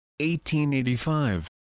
1885